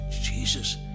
Jesus